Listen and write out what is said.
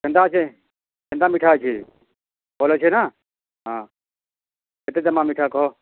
କେନ୍ତା ଅଛେ କେନ୍ତା ମିଠା ଅଛେ ଭଲ୍ ଅଛେ ନା ହଁ କେତେ ଦେମା ମିଠା କହ